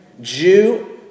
Jew